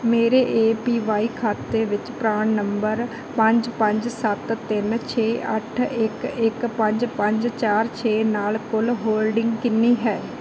ਮੇਰੇ A P Y ਖਾਤੇ ਵਿੱਚ ਪ੍ਰਾਨ ਨੰਬਰ ਪੰਜ ਪੰਜ ਸੱਤ ਤਿੰਨ ਛੇ ਅੱਠ ਇੱਕ ਇੱਕ ਪੰਜ ਪੰਜ ਚਾਰ ਛੇ ਨਾਲ ਕੁੱਲ ਹੋਲਡਿੰਗ ਕਿੰਨੀ ਹੈ